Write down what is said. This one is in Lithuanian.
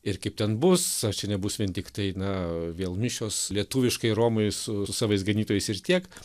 ir kaip ten bus aš čia nebus vien tiktai na vėl mišios lietuviškai romoj su savais ganytojais ir tiek